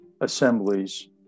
assemblies